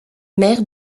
mère